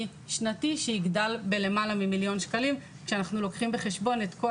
שנתי שיגדל בלמעלה ממיליון שקלים כשאנחנו לוקחים בחשבון את כל